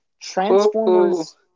Transformers